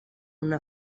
una